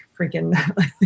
freaking